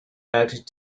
back